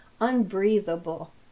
unbreathable